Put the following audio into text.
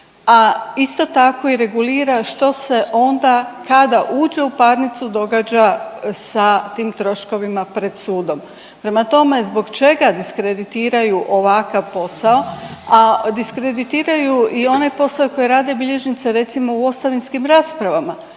a isto tako i regulira što se onda kada uđe u parnicu događa sa tim troškovima pred sudom. Prema tome, zbog čega diskreditiraju ovakav posao, a diskreditiraju i onaj posao koji rade bilježnici recimo u ostavinskim raspravama,